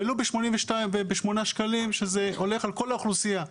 ולו ב-8 שקלים, שזה הולך על כל האוכלוסייה.